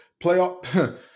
Playoff